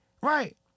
Right